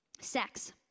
Sex